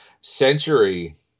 Century